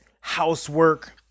housework